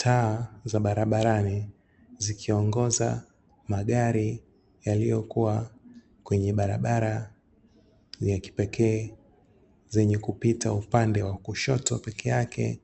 Taa za barabarani zikiongoza magari yaliyokuwa kwenye barabara za kipekee, zenye kupita upande wa kushoto pekeake